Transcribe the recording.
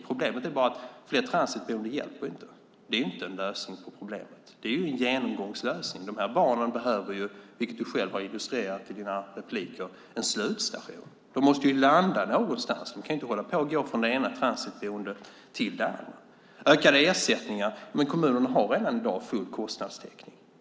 Problemet är bara att flera transitboenden inte hjälper. Det är inte en lösning på problemet. Det är en genomgångslösning. De här barnen behöver ju, vilket du själv har illustrerat i dina inlägg, en slutstation. De måste ju landa någonstans. De kan inte hålla på att gå från det ena transitboendet till det andra. Ökade ersättningar var en annan sak. Men kommunerna har redan i dag full kostnadstäckning.